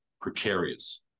precarious